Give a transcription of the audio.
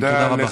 תודה רבה.